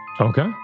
Okay